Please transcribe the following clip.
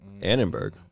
Annenberg